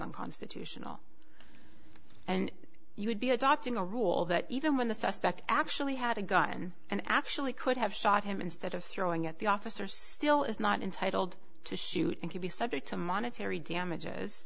unconstitutional and you would be adopting a rule that even when the suspect actually had a gun and actually could have shot him instead of throwing at the officer still is not entitled to shoot and could be subject to monetary damages